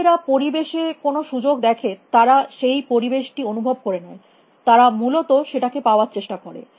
যদি এরা পরিবেশে কোনো সুযোগ দেখে তারা সেই পরিবেশটি অনুভব করে নেয় তারা মূলত সেটাকে পাওয়ার চেষ্টা করে